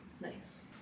nice